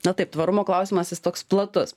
na taip tvarumo klausimas jis toks platus